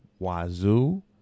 wazoo